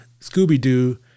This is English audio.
Scooby-Doo